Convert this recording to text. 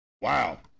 Wow